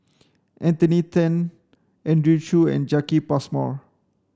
Anthony Then Andrew Chew and Jacki Passmore